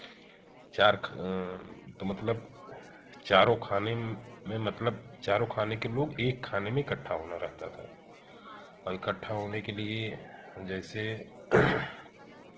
चार ख तो मतलब चारों खाने में मतलब चारों खाने के लोग एक खाने में इकट्ठा होना रहता था और इकट्ठा होने के लिए जैसे